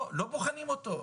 לא בוחנים אותו,